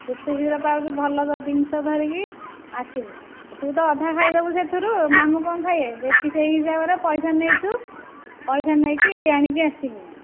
ଯେତେ ଶୀଘ୍ର ପାରୁଛୁ ଭଲ ଭଲ ଜିନିଷ ଧରିକି ଆସିବୁ ତୁ ତ ଅଧା ଖାଇଦେବୁ ସେଥିରୁ ମାମୁଁ କ'ଣ ଖାଇବେ ବେଶୀ ସେ ହିସାବରେ ପଇସା ନେଇଛୁ ପଇସା ନେଇକି ଆଣିକି ଆସିବୁ